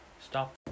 stop